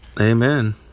Amen